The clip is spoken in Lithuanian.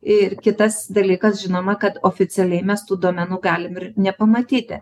ir kitas dalykas žinoma kad oficialiai mes tų duomenų galim ir nepamatyti